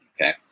Okay